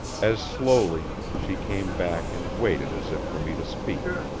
as slowly she came back and waited as if for me to speak.